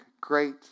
Great